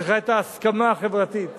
צריכה את ההסכמה החברתית